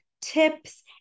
tips